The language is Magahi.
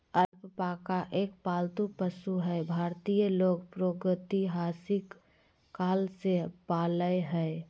अलपाका एक पालतू पशु हई भारतीय लोग प्रागेतिहासिक काल से पालय हई